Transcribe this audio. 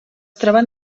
troben